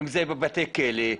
אם זה בבתי כלא,